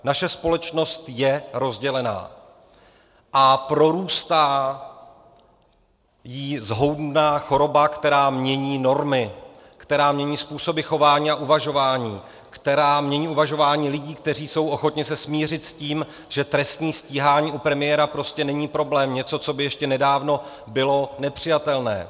Naše společnost je rozdělená a prorůstá jí zhoubná choroba, která mění normy, která mění způsoby chování a uvažování, která mění uvažování lidí, kteří jsou ochotni se smířit s tím, že trestní stíhání u premiéra prostě není problém, něco, co by ještě nedávno bylo nepřijatelné.